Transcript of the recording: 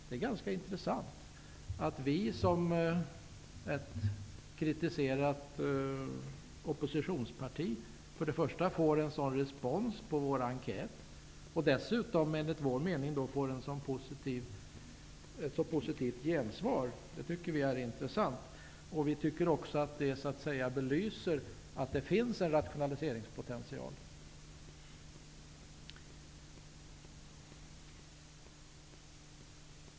Det är ganska intressant att vi som ett kritiserat oppositionsparti får en sådan respons på vår enkät och dessutom enligt vår mening får ett så positivt gensvar. Vi tycker också att resultatet belyser det faktum att det finns en rationaliseringspotential.